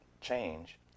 change